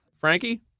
Frankie